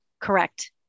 Correct